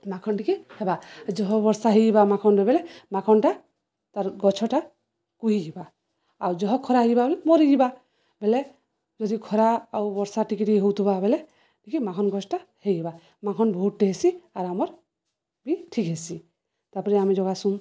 ମାଖନ ଟିକେ ହେବା ଜହ ବର୍ଷା ହେଇବା ମାଖନରେେବେଲେ ମାଖନଟା ତାର୍ ଗଛଟା କୁଇ ହେିବା ଆଉ ଜହ ଖରା ହେଇବା ବଲେ ମୋରଇିବା ବେଲେ ଯଦି ଖରା ଆଉ ବର୍ଷା ଟିକେ ଟିକ ହଉଥିବା ବେଲେ ଟିକ ମାଖନ ଗଛଟା ହେଇବା ମାଖନ ବହୁତଟେ ହେସି ଆର୍ ଆମର୍ ବି ଠିକ୍ ହେସି ତାପରେ ଆମେ ଜୋଗସୁଁ